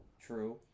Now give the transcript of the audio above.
True